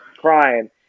crying